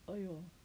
!aiyo!